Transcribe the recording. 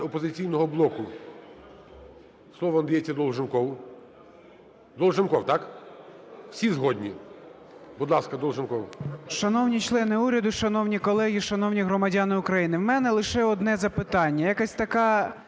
"Опозиційного блоку" слово надається Долженкову. Долженков, так? Всі згодні? Будь ласка, Долженков. 10:16:35 ДОЛЖЕНКОВ О.В. Шановні члени уряду, шановні колеги, шановні громадяни України! В мене лише одне запитання. Якась така,